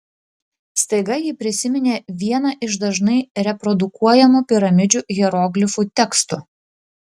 staiga ji prisiminė vieną iš dažnai reprodukuojamų piramidžių hieroglifų tekstų